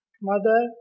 mother